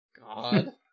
God